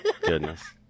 Goodness